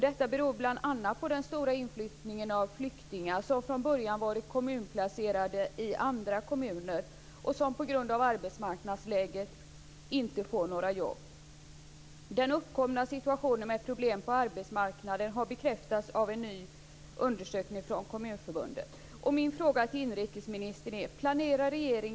Detta beror bl.a. på den stora inflyttningen av flyktingar som från början varit kommunplacerade i andra kommuner och som på grund av arbetsmarknadsläget inte får några jobb. Den uppkomna situationen med problem på arbetsmarknaden har bekräftats av en ny undersökning från